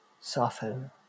soften